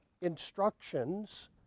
instructions